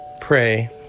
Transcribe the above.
pray